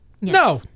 No